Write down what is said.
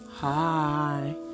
Hi